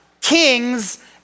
kings